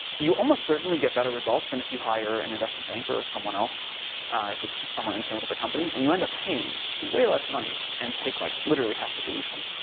you almost certainly get better results than if you hire an and investive banker or someone else if it's just someone internal to the company and you end up paying way less money, and take like literally half the dilution.